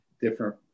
different